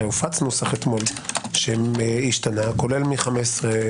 הרי הופץ נוסח אתמול שהשתנה, כולל מ-15.12,